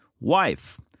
wife